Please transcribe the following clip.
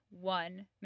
one